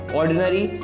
ordinary